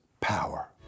power